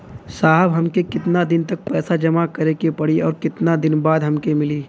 साहब हमके कितना दिन तक पैसा जमा करे के पड़ी और कितना दिन बाद हमके मिली?